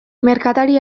merkatari